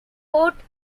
port